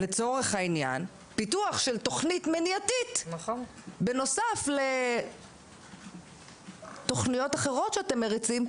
לצורך העניין פיתוח של תוכנית מניעתית בנוסף לתוכניות שאתם מריצים,